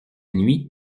nuit